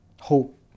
hope